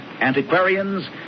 antiquarians